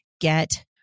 Get